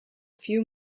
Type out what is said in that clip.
few